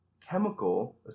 chemical